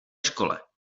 škole